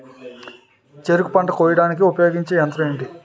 చెరుకు పంట కోయడానికి ఉపయోగించే యంత్రం ఎంటి?